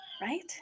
right